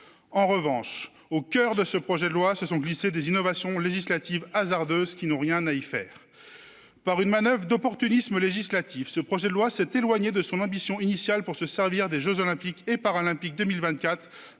En revanche, au coeur de ce texte se sont glissées des innovations législatives hasardeuses qui n'ont rien à y faire. Par une manoeuvre d'opportunisme législatif, ce projet de loi s'est éloigné de son ambition initiale pour faire des jeux Olympiques et Paralympiques de 2024